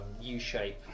U-shape